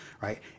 right